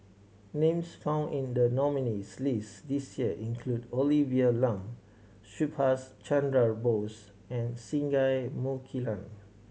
names found in the nominees' list this year include Olivia Lum Subhas Chandra Bose and Singai Mukilan